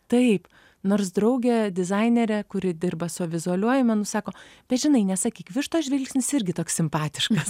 taip nors draugė dizainerė kuri dirba su vizualiuoju menu sako bet žinai nesakyk vištos žvilgsnis irgi toks simpatiškas